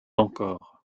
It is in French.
encore